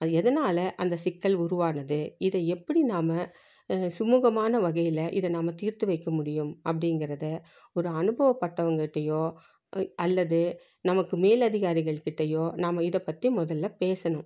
எதனால் அந்த சிக்கல் உருவானது இதை எப்படி நாம் சுமூகமான வகையில் இதை நம்ம தீர்த்து வைக்க முடியும் அப்படிங்கிறத ஒரு அனுபவப்பட்டவங்ககிட்டேயோ அல்லது நமக்கு மேல் அதிகாரிகள்கிட்டேயோ நாம் இதை பற்றி முதல்ல பேசணும்